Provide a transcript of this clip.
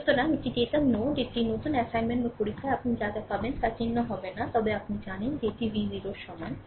সুতরাং এটি datum node এটি নতুন অ্যাসাইনমেন্ট বা পরীক্ষায় আপনি যা যা পাবেন তা চিহ্ন হবে না তবে আপনি জানেন যে এটি v 0 এর সমান